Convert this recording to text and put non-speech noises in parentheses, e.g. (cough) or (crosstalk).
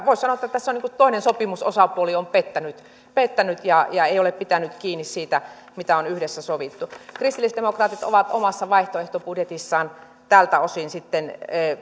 (unintelligible) voisi sanoa että tässä on toinen sopimusosapuoli pettänyt pettänyt ja ja ei ole pitänyt kiinni siitä mitä on yhdessä sovittu kristillisdemokraatit ovat omassa vaihtoehtobudjetissaan tältä osin